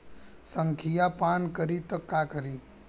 संखिया पान करी त का करी?